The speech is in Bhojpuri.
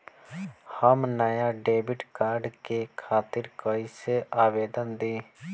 हम नया डेबिट कार्ड के खातिर कइसे आवेदन दीं?